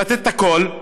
לתת הכול,